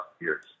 years